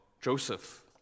Joseph